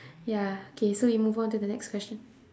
ya okay so we move on to the next question